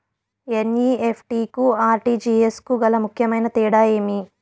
NEFT కు RTGS కు గల ముఖ్యమైన తేడా ఏమి?